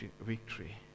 victory